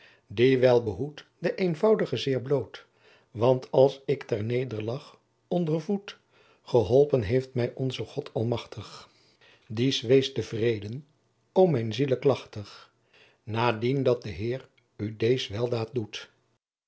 die wel behoedt d eenvoudige seer bloot want als ick ter neder lagh onder voet geholpen heeft my onsen godt almachtigh dies weest te vreden o mijn siele klachtig nadien dat de heer u dees weldaet doet